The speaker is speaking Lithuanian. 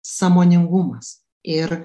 sąmoningumas ir